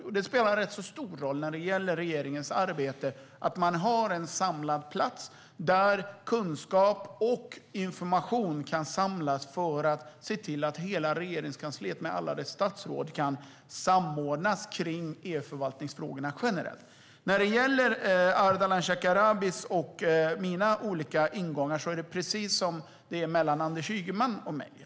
Jo, det spelar rätt stor roll när det gäller regeringens arbete att vi har en plats där kunskap och information kan samlas så att hela Regeringskansliet med alla statsråd kan samordnas vad gäller e-förvaltningsfrågorna generellt. Vad gäller Ardalan Shekarabis och mina olika ingångar är det precis som mellan Anders Ygeman och mig.